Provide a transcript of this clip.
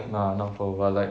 no lah not whole but like